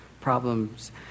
problems